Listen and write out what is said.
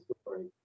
story